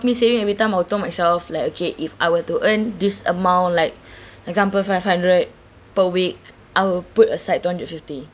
me saving every time I told myself like okay if I were to earn this amount like example five hundred per week I'll put aside two hundred fifty